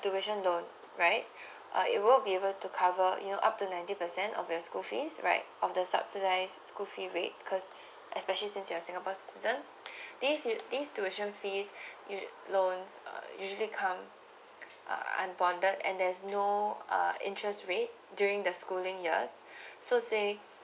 tuition loan right uh it will be able to cover you know up to ninety percent of your school fees right of the subsidized school fee rate because especially since you are singapore citizen these these tuition fees loans usually come um unfunded and there's no uh interest rate during the schooling years so say